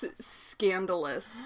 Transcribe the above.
scandalous